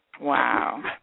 Wow